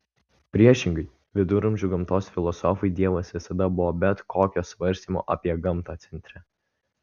priešingai viduramžių gamtos filosofui dievas visada buvo bet kokio svarstymo apie gamtą centre